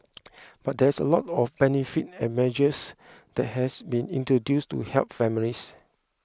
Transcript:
but there is a lot of benefits and measures that has been introduced to help families